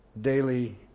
daily